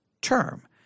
term